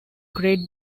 great